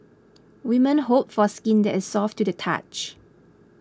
women hope for skin that is soft to the touch